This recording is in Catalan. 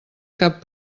cap